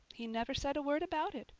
he never said a word about it,